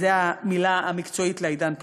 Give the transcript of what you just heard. זו המילה המקצועית ל"עידן פלוס".